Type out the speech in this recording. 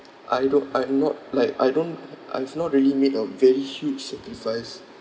I don't I'm not like I don't I've not really made a very huge sacrifice